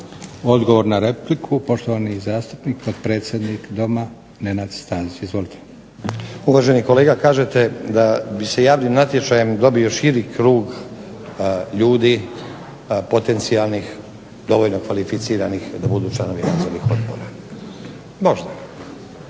Odgovor na repliku, poštovani zastupnik, potpredsjednik Doma Nenad Stazić. Izvolite. **Stazić, Nenad (SDP)** Uvaženi kolega, kažete da bi se javnim natječajem dobio širi krug ljudi potencijalnih, dovoljno kvalificiranih da budu članovi nadzornih odbora. Možda,